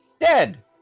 dead